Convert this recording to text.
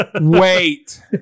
Wait